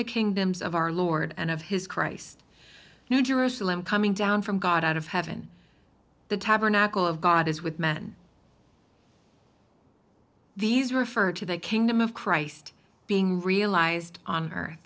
the kingdoms of our lord and of his christ new jerusalem coming down from god out of heaven the tabernacle of god is with men these refer to the kingdom of christ being realized on her